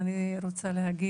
אנחנו,